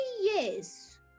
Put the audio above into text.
yes